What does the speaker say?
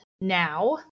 now